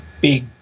big